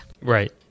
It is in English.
Right